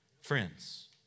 Friends